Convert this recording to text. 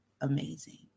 amazing